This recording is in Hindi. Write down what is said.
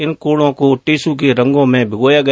इन कोड़ों को टेसू के रंगों में भिगोया गया